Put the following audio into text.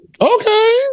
okay